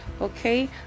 Okay